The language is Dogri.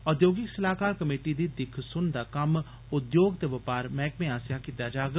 औद्योगिक सलाहकार कमेटी दी दिक्खसुन दा कम्म उद्योग ते बपार मैहकमें आसेया कीता जाग